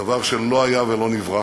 דבר שלא היה ולא נברא,